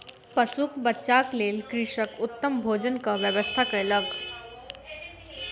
पशुक बच्चाक लेल कृषक उत्तम भोजनक व्यवस्था कयलक